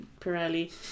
pirelli